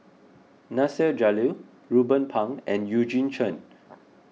Nasir Jalil Ruben Pang and Eugene Chen